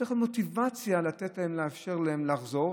צריכה להיות מוטיבציה לאפשר להם לחזור.